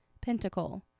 pentacle